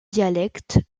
dialectes